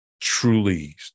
truly